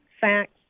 facts